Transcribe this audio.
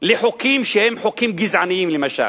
לחוקים שהם חוקים גזעניים, למשל.